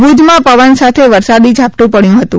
ભુજમાં પવન સાથે વરસાદી ઝાપટું પડવું હતું